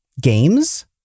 games